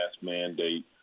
mandate